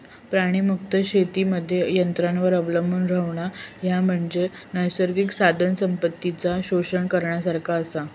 प्राणीमुक्त शेतीमध्ये यंत्रांवर अवलंबून रव्हणा, ह्या म्हणजे नैसर्गिक साधनसंपत्तीचा शोषण करण्यासारखाच आसा